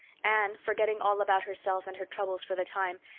anne, forgetting all about herself and her troubles for the time,